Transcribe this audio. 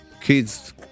kids